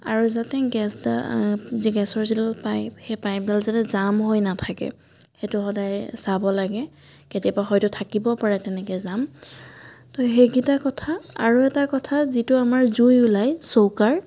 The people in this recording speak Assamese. আৰু যাতে গেছডা গেছৰ যিডাল পাইপ সেই পাইপডাল যাতে জাম হৈ নাথাকে সেইটো সদায় চাব লাগে কেতিয়াবা হয়তো থাকিব পাৰে তেনেকে জাম তো সেইকেইটা কথা আৰু এটা কথা যিটো আমাৰ জুই ওলাই চৌকাৰ